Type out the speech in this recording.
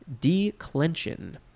declension